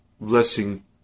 blessing